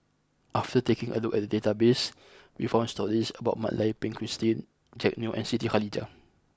after taking a look at the database we found stories about Mak Lai Peng Christine Jack Neo and Siti Khalijah